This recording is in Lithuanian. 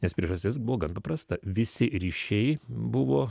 nes priežastis buvo gan paprasta visi ryšiai buvo